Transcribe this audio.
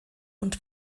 und